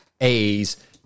A's